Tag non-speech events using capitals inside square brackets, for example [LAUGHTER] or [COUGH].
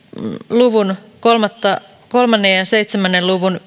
luvun kolmatta a pykälää ja seitsemän luvun [UNINTELLIGIBLE]